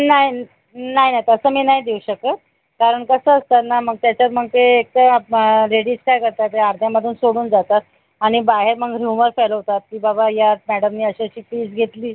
नाही नाही आता तसं मी नाही देऊ शकत कारण कसं असतं ना मग त्याच्यात मग तेच आपला लेडीज काय करतात अर्ध्यामध्ये सोडून जातात आणि बाहेर मग रूमर चालवतात की बाबा याच मॅडमने अशी अशी फीज घेतली